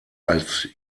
als